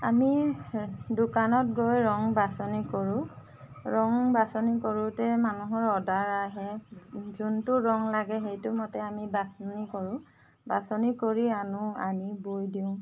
আমি দোকানত গৈ ৰং বাচনি কৰোঁ ৰং বাচনি কৰোঁতে মানুহৰ অৰ্ডাৰ আহে যোনটো ৰং লাগে সেইটো মতে আমি বাচনি কৰোঁ বাচনি কৰি আনো আনি বৈ দিওঁ